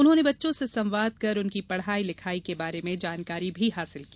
उन्होंने बच्चों से संवाद कर उनकी पढ़ाई लिखाई के बारे में जानकारी भी हासिल की